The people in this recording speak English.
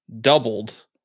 doubled